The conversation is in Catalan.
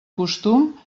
costum